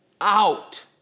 out